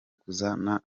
guhuza